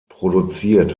produziert